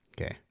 Okay